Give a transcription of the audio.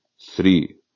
three